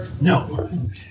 No